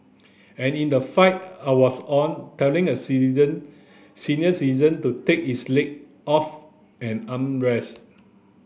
and in the flight I was on telling a senior citizen to take his leg off an armrest